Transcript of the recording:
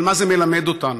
אבל מה זה מלמד אותנו?